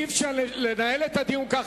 אי-אפשר לנהל את הדיון ככה.